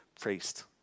priest